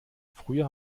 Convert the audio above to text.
früher